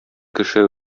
кеше